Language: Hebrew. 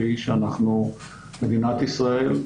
והיא שאנחנו מדינת ישראל,